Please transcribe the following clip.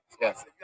Yes